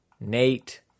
Nate